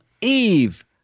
Eve